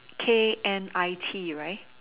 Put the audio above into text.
K N I T right